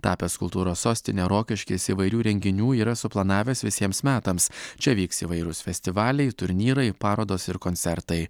tapęs kultūros sostine rokiškis įvairių renginių yra suplanavęs visiems metams čia vyks įvairūs festivaliai turnyrai parodos ir koncertai